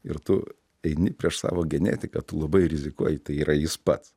ir tu eini prieš savo genetiką tu labai rizikuoji tai yra jis pats